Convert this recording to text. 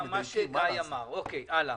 הלאה.